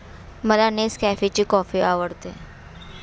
मला नेसकॅफेची कॉफी आवडते